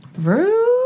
rude